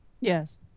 Yes